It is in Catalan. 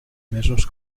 mesos